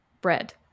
bread